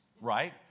right